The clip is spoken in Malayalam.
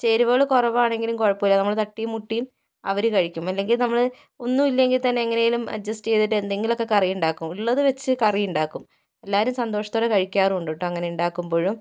ചേരുവകള് കുറവാണെങ്കിലും കുഴപ്പമില്ല നമ്മള് തട്ടിയും മുട്ടിയും അവര് കഴിക്കും അല്ലെങ്കില് നമ്മള് ഒന്നുമില്ലെങ്കിൽ തന്നെ എങ്ങനേലും അഡ്ജസ്റ്റ് ചെയ്തിട്ട് എന്തെങ്കിലും ഒക്കെ കറിയുണ്ടാക്കും ഉള്ളത് വച്ച് കറി ഉണ്ടാക്കും എല്ലാവരും സന്തോഷത്തോടെ കഴിക്കാറും ഉണ്ട് കേട്ടോ അങ്ങനെയുണ്ടാക്കുമ്പോഴും